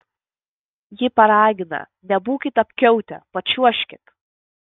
ji paragina nebūkit apkiautę pačiuožkit